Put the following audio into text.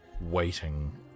waiting